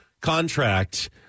contract